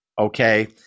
Okay